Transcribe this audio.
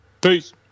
Peace